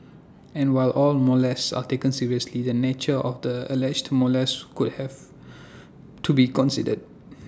and while all molests are taken seriously the nature of the alleged molest could have to be considered